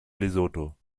lesotho